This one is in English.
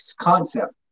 concept